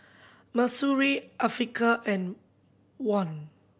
Mahsuri Afiqah and Wan